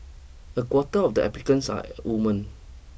a quarter of the applicants are women